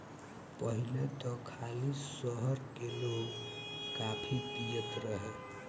पहिले त खाली शहर के लोगे काफी पियत रहे